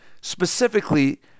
Specifically